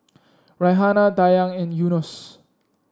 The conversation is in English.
Raihana Dayang and Yunos